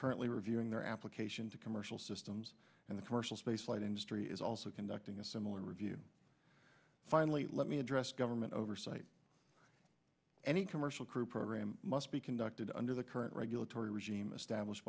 currently reviewing their application to commercial systems and the commercial spaceflight industry is also conducting a similar review finally let me address government oversight any commercial crew program must be conducted under the current regulatory regime established